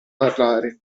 parlare